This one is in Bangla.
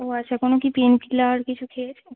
ও আচ্ছা কোনো কি পেন কিলার কিছু খেয়েছে